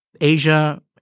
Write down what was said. Asia